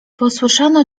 posłyszano